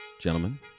Gentlemen